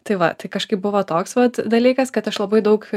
tai va tai kažkaip buvo toks vat dalykas kad aš labai daug